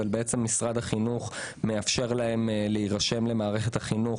אבל משרד החינוך מאפשר להם להירשם למערכת החינוך